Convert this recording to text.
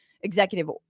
executive